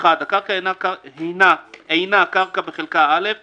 הקרקע אינה קרקע בחלקה א';